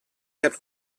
kept